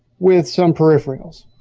with some peripherals.